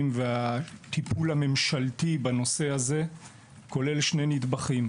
והטיפול הממשלתי בנושא הזה כולל שני נדבכים: